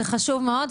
זה חשוב מאוד,